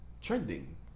trending